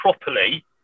properly